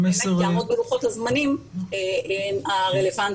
תודה, יעל.